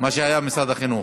מה שהיה של ועדת החינוך,